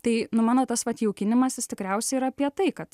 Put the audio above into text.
tai nu mano tas vat jaukinimasis tikriausiai yra apie tai kad